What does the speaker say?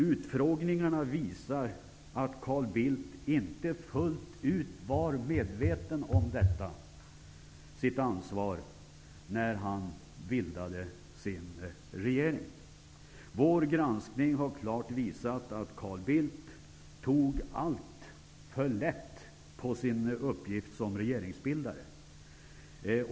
Utfrågningarna visar att Carl Bildt inte fullt ut var medveten om detta sitt ansvar när han bildade sin regering. Vår granskning har klart visat att Carl Bildt tog alltför lätt på sin uppgift som regeringsbildare.